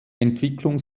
entwicklung